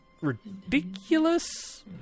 ridiculous